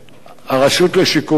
הרשות לשיקום האסיר,